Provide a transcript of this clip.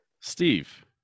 steve